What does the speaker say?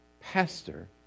pastor